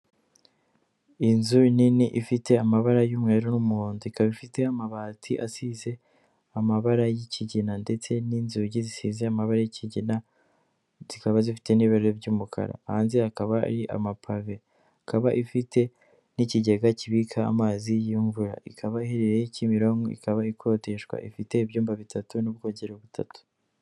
Inzu nini ifite amabara y'umumweru n'umuhondo ikaba ifite amabati asize amabara y'ikigina ndetse n'inzugi zisize amaba y'ikigina zikaba zifite n'ibiro by'umukara, hanze hakaba hari amapave, ikaba ifite n'ikigega kibika amazi y'imvura, ikaba iherereye Kimironko ikaba ikodeshwa, ifite ibyumba bitatu n'ubwogero butatu.